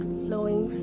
flowing